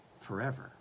forever